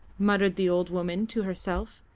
muttered the old woman to herself.